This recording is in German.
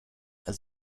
als